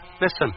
Listen